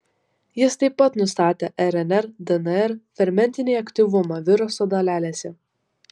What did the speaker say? jis taip pat nustatė rnr dnr fermentinį aktyvumą viruso dalelėse